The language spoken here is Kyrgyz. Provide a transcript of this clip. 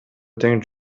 тең